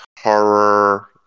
horror